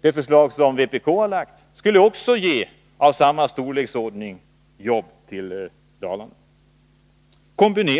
Det förslag som vpk har lagt fram skulle ge jobb till Dalarna i samma storleksordning som den förra åtgärden. Dessa offensiva åtgärder